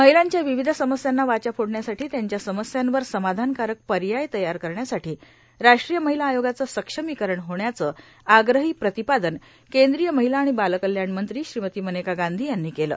महिलांच्या विविध समस्यांना वाचा फोडण्यासाठी त्यांच्या समस्यांवर समाधानकारक पर्याय तयार करण्यासाठी राष्ट्रीय महिला आयोगाचं सक्षमीकरण होण्याचं आग्रही प्रतिपादन केंद्रीय महिला आणि बालकल्याण मंत्री श्रीमती मनेका गांधी यांनी केलं